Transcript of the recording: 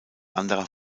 anderer